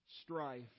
strife